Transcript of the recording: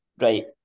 Right